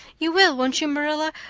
you will, won't you, marilla?